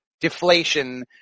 deflation